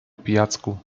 pijacku